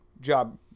job